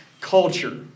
culture